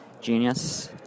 genius